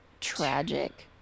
tragic